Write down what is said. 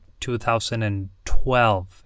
2012